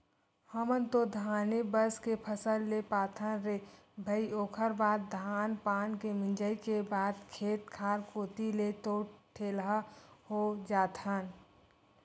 हमन तो धाने बस के फसल ले पाथन रे भई ओखर बाद धान पान के मिंजई के बाद खेत खार कोती ले तो ठेलहा हो जाथन